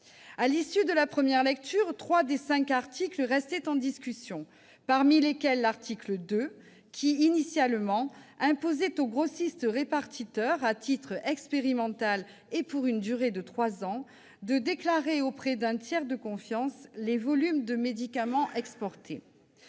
À l'issue de la première lecture, trois des cinq articles restaient en discussion, dont l'article 2, qui imposait initialement aux grossistes-répartiteurs, à titre expérimental et pour une durée de trois ans, de déclarer auprès d'un tiers de confiance les volumes de médicaments exportés.